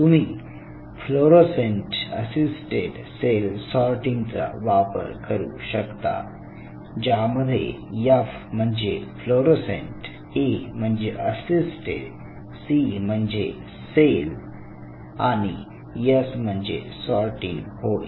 तुम्ही fluorescent assisted cell sorting चा वापर करू शकता ज्यामध्ये F म्हणजे फ्लोरोसेंट A म्हणजे असिस्टेड C म्हणजे सेल आणि S म्हणजे सॉर्टिंग होय